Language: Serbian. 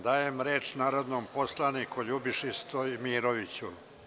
Dajem reč narodnom poslaniku Ljubiši Stojmiroviću.